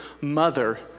mother